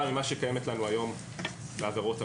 מזו שקיימת לנו היום בעבירות המין.